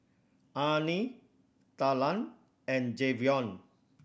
Arnie Talan and Javion